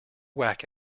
whack